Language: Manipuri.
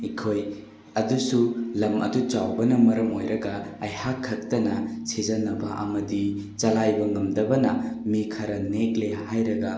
ꯑꯩꯈꯣꯏ ꯑꯗꯨꯁꯨ ꯂꯝ ꯑꯗꯨ ꯆꯥꯎꯕꯅ ꯃꯔꯝ ꯑꯣꯏꯔꯒ ꯑꯩꯍꯥꯛ ꯈꯛꯇꯅ ꯁꯤꯖꯤꯟꯅꯕ ꯑꯃꯗꯤ ꯆꯂꯥꯏꯕ ꯉꯝꯗꯕꯅ ꯃꯤ ꯈꯔ ꯅꯦꯛꯂꯦ ꯍꯥꯏꯔꯒ